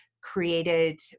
created